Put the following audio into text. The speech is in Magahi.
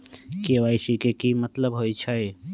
के.वाई.सी के कि मतलब होइछइ?